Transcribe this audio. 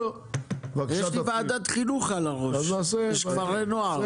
יש לי ועדת חינוך על הראש, יש כפרי נוער.